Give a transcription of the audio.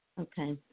Okay